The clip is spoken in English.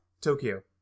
Tokyo